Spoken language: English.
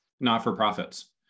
not-for-profits